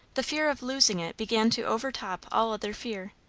the fear of losing it began to overtop all other fear.